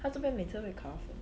它这边每次会卡的